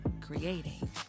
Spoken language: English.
creating